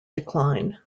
decline